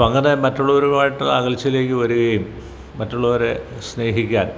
അപ്പോൾ അങ്ങനെ മറ്റുള്ളവരും ആയിട്ട് അകൽച്ചയിലേക്ക് വരികയും മറ്റുള്ളവരെ സ്നേഹിക്കാൻ